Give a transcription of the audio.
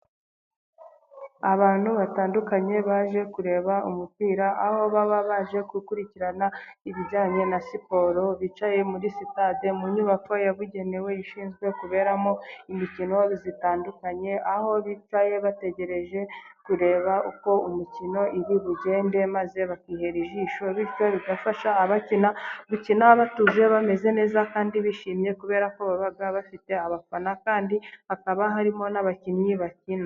Abantu batandukanye baje kureba umupira aho baba baje gukurikirana ibijyanye na siporo, bicaye muri sitade mu nyubako yabugenewe ishinzwe kuberamo imikino itandukanye, aho bicaye bategereje kureba uko imikino iri bugende maze bakihera ijisho, bityo bigafasha abakina gukina batuje bameze neza kandi bishimye kuberako baba bafite abafana, kandi hakaba harimo n'abakinnyi bakina.